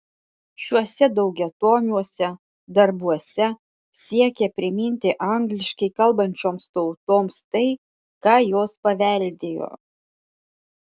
šiuose daugiatomiuose darbuose siekė priminti angliškai kalbančioms tautoms tai ką jos paveldėjo